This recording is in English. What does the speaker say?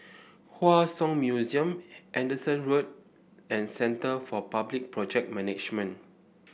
Hua Song Museum Henderson Road and Centre for Public Project Management